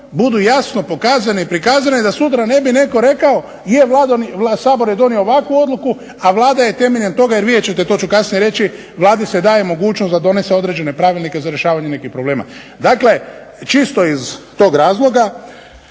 budu jasno prikazane i pokazane da sutra ne bi netko rekao je Sabor je donio ovakvu odluku a Vlada je temeljem toga jer vidjet ćete to ću kasnije reći Vladi se daje mogućnost da donese određene pravilnike za rješavanje nekih problema. Dakle, čisto iz tih razloga